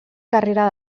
carrera